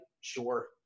Sure